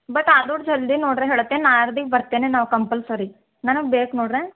but ಆದರು ಜಲ್ದಿ ನೋಡ್ರಿ ಹೇಳ್ತೆ ನಾಡ್ದಿಗೆ ಬರ್ತೇನೆ ನಾವು ಕಂಪಲ್ಸರಿ ನನಗೆ ಬೇಕು ನೋಡ್ರೆ